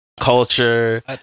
culture